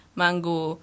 mango